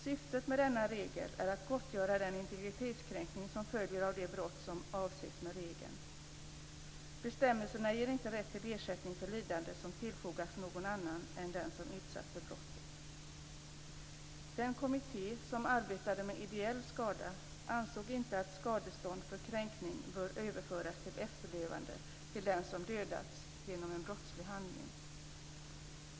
Syftet med denna regel är att gottgöra den integritetskränkning som följer av det brott som avses med regeln. Bestämmelserna ger inte rätt till ersättning för lidande som tillfogats någon annan än den som utsatts för brottet. Den kommitté som arbetade med ideell skada ansåg inte att skadestånd för kränkning bör överföras till efterlevande till den som dödats genom en brottslig handling.